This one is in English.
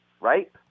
right